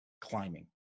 climbing